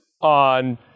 on